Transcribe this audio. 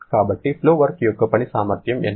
కాబట్టి flow work యొక్క పని సామర్థ్యం ఎంత